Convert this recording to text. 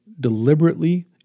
Deliberately